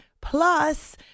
Plus